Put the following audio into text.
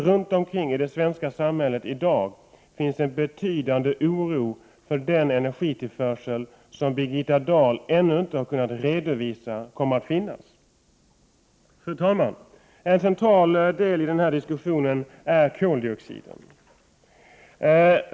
Runt omkring i det svenska samhället finns det därför i dag en betydande oro när det gäller energitillförseln. Birgitta Dahl har ännu inte kunnat redovisa att energin kommer att räcka till. Fru talman! En central del i denna diskussion utgör frågan om koldioxiden.